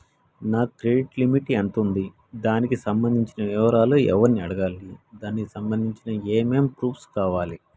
నా credit limit ఎంత ఉంది? దానికి సంబంధించిన వివరాలు ఎవరిని అడగాలి? దానికి సంబంధించిన ఏమేం ప్రూఫ్స్ కావాలి?